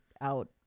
out